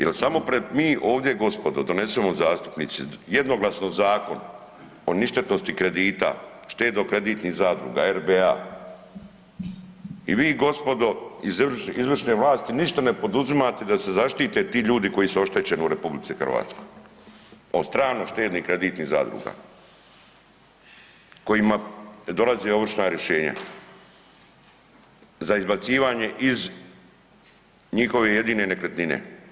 Jel samo pred, mi ovdje gospodo donesemo zastupnici jednoglasno zakon o ništetnosti kredita štedno kreditnih zadruga RBA i vi gospodo iz izvršne vlasti ništa ne poduzimate da se zaštite ti ljudi koji su oštećeni u RH od strano štedno kreditnih zadruga kojima dolaze ovršna rješenja za izbacivanje iz njihove jedine nekretnine.